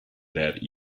that